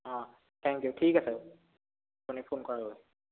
অঁ thank you ঠিক আছে আপুনি ফোন কৰাৰ বাবে